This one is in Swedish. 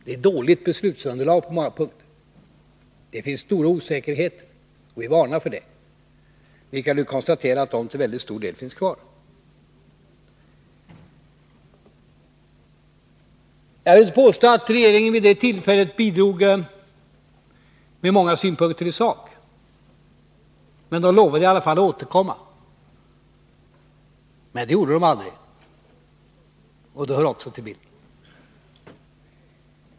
Det är ett dåligt beslutsunderlag på många punker. Det finns stora osäkerheter, och vi varnar för det. Vi kan nu konstatera att dessa till mycket stor del finns kvar. Jag vill inte påstå att regeringen vid detta tillfälle bidrog med många synpunkter i sak, men man lovade i alla fall att återkomma. Det gjorde regeringen emellertid aldrig — och det hör också till bilden.